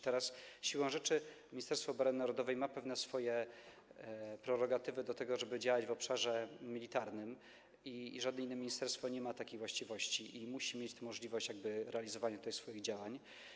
Teraz siłą rzeczy Ministerstwo Obrony Narodowej ma pewne prerogatywy do tego, żeby działać w obszarze militarnym - żadne inne ministerstwo nie ma takich właściwości - i musi mieć możliwość realizowania tych działań.